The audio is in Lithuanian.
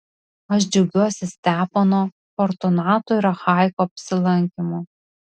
aš džiaugiuosi stepono fortunato ir achaiko apsilankymu